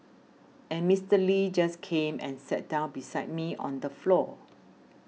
and Mister Lee just came and sat down beside me on the floor